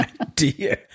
idea